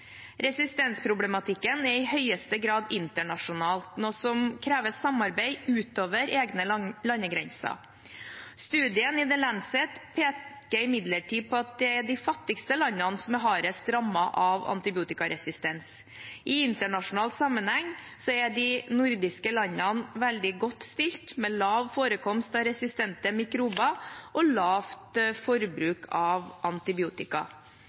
Resistensproblematikken er i høyeste grad internasjonal, noe som krever samarbeid utover egne landegrenser. Studien i The Lancet peker imidlertid på at det er de fattigste landene som er hardest rammet av antibiotikaresistens. I internasjonal sammenheng er de nordiske landene veldig godt stilt med lav forekomst av resistente mikrober og lavt forbruk av antibiotika.